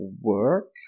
work